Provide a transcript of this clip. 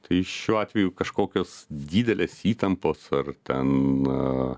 tai šiuo atveju kažkokios didelės įtampos ar ten